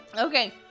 Okay